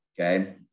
Okay